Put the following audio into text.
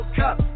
cup